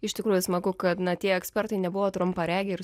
iš tikrųjų smagu kad na tie ekspertai nebuvo trumparegiai ir